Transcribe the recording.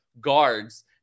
guards